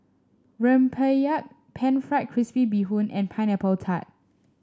rempeyek pan fried crispy Bee Hoon and Pineapple Tart